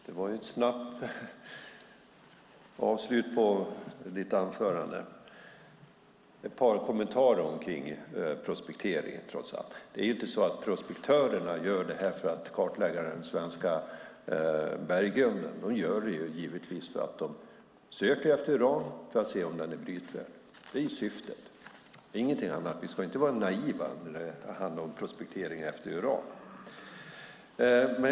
Herr talman! Jag har ett par kommentarer när det gäller prospektering. Prospektörerna gör ju inte detta för att kartlägga den svenska berggrunden. De gör det givetvis för att de söker efter uran och för att se om den är brytvärd. Det är syftet. Vi ska inte vara naiva när det gäller prospektering efter uran.